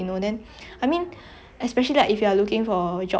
really really